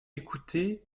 écouté